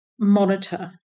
Monitor